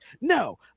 No